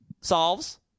solves